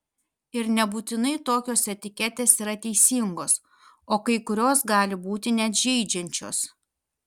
ir nebūtinai tokios etiketės yra teisingos o kai kurios gali būti net žeidžiančios